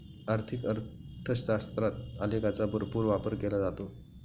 आर्थिक अर्थशास्त्रात आलेखांचा भरपूर वापर केला जातो